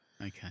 Okay